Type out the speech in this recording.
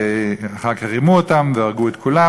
ואחר כך רימו אותם והרגו את כולם,